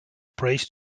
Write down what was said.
prays